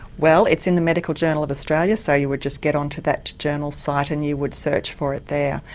well it's in the medical journal of australia so you would just get on to that journal's site and you would search for it there.